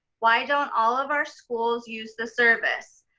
why don't all of our schools use this service?